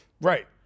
Right